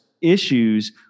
issues